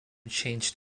changed